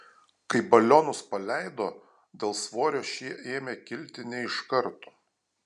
kai balionus paleido dėl svorio šie ėmė kilti ne iš karto